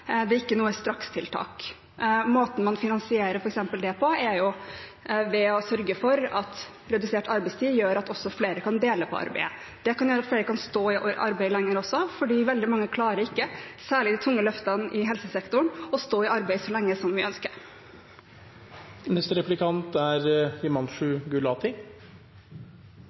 Det er ikke noe strakstiltak. Måten man finansierer det på er f.eks. ved å sørge for at redusert arbeidstid gjør at også flere kan dele på arbeidet. Det kan føre til at flere kan stå i arbeid lenger også, fordi veldig mange klarer ikke, særlig med de tunge løftene i helsesektoren, å stå i arbeid så lenge som vi ønsker.